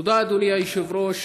תודה, אדוני היושב-ראש.